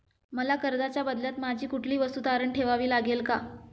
मला कर्जाच्या बदल्यात माझी कुठली वस्तू तारण ठेवावी लागेल का?